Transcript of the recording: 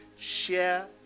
Share